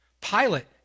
Pilate